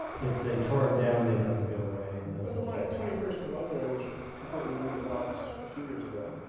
if they tore them down they would have to go away. and the one at twenty first and lovejoy was completely redeveloped a few years ago.